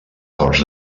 corts